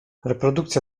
reprodukcja